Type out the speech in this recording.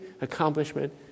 accomplishment